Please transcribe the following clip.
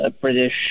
British